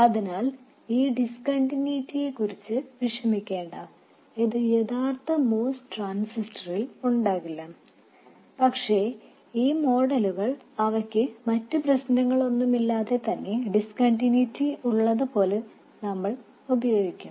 അതിനാൽ ഈ ഡിസ്കണ്ടിന്യൂയിറ്റിയേക്കുറിച്ച് വിഷമിക്കേണ്ട ഇത് യഥാർത്ഥ MOS ട്രാൻസിസ്റ്ററിൽ ഉണ്ടാകില്ല പക്ഷേ ഈ മോഡലുകൾ അവയ്ക്ക് മറ്റ് പ്രശ്നങ്ങളൊന്നുമില്ലാതെ തന്നെ ഒരു ഡിസ്കണ്ടിന്യൂയിറ്റി ഉള്ളതുപോലെ നമ്മൾ ഉപയോഗിക്കും